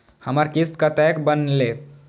हमर किस्त कतैक बनले?